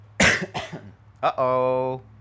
Uh-oh